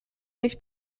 nicht